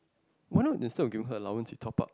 why not instead of giving her allowance you top up